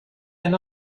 and